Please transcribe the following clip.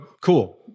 cool